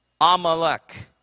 Amalek